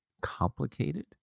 complicated